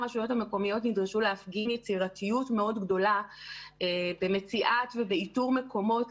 פניתי לכל 350 מנהלי בתי אבות ודיור מוגן